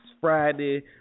Friday